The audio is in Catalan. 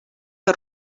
que